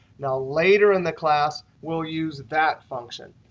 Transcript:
now, later in the class, we'll use that function.